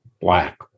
black